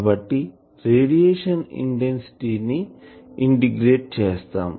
కాబట్టి radiation intensity ని integrate చేసాం